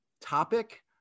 topic